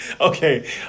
Okay